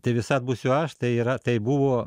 te visad būsiu aš tai yra tai buvo